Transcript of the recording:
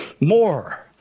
more